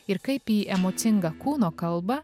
ir kaip į emocingą kūno kalbą